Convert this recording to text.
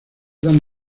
dan